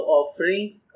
offerings